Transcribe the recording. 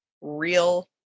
real